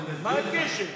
מה הקשר?